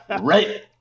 right